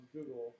Google